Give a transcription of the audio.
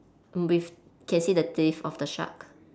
with can see the face of the shark